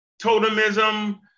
totemism